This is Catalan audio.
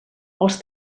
els